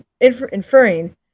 inferring